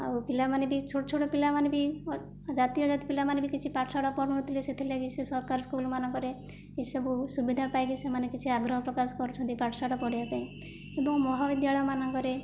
ଆଉ ପିଲାମାନେ ବି ଛୋଟ ଛୋଟ ପିଲାମାନେ ବି ଜାତିଅଜାତି ପିଲାମାନେ ବି କିଛି ପାଠଶାଠ ପଢ଼ୁନଥିଲେ ସେଥିଲାଗି ସେ ସରକାର ସ୍କୁଲ୍ମାନଙ୍କରେ ଏସବୁ ସୁବିଧା ପାଇକି ସେମାନେ କିଛି ଆଗ୍ରହ ପ୍ରକାଶ କରୁଛନ୍ତି ପାଠଶାଠ ପଢ଼ିବା ପାଇଁ ଏବଂ ମହାବିଦ୍ୟାଳୟ ମାନଙ୍କରେ